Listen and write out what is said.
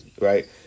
right